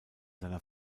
seiner